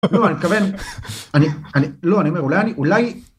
לא, אני מתכוון.. אני, אני, לא, אני אומר, אולי... אולי...